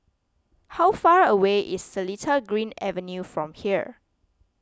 how far away is Seletar Green Avenue from here